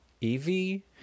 Evie